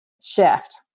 shift